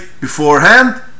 beforehand